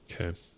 okay